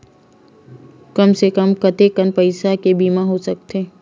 कम से कम कतेकन पईसा के बीमा हो सकथे?